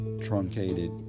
truncated